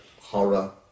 horror